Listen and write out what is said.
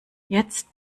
jetzt